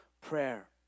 prayer